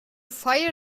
feier